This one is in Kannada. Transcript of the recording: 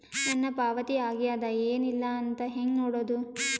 ನನ್ನ ಪಾವತಿ ಆಗ್ಯಾದ ಏನ್ ಇಲ್ಲ ಅಂತ ಹೆಂಗ ನೋಡುದು?